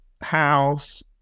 house